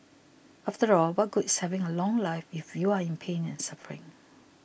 after all what good is having a long life if you're in pain and suffering